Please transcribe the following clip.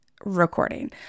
recording